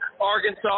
Arkansas